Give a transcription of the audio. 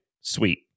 sweet